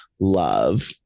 love